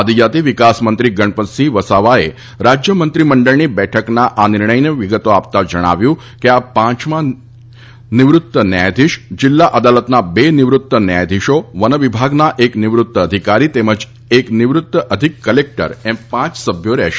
આદિજાતિ વિકાસમંત્રી ગણપતસિંહ વસાવાએ રાજ્ય મંત્રીમંડળની બેઠકના આ નિર્ણયની વિગતો આપતાં કહ્યું કે આ પંચમાં નિવૃત્ત ન્યાયાધિશજિલ્લા અદાલતના બે નિવૃત્ત ન્યાયાધિશો વન વિભાગના એક નિવૃત્ત અધિકારી તેમજ એક નિવૃત્ત અધિક કલેકટર એમ પાંચ સભ્યો રહેશે